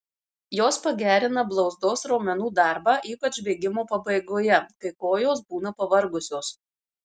jos pagerina blauzdos raumenų darbą ypač bėgimo pabaigoje kai kojos būna pavargusios